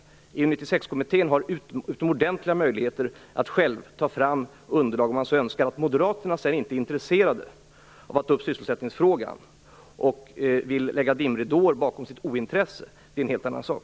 EU-96-kommittén har utomordentliga möjligheter att själv ta fram underlag om man så önskar. Om moderaterna sedan inte är intresserade av att ta upp sysselsättningsfrågan utan vill lägga dimridåer kring sitt ointresse är det en helt annan sak.